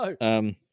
No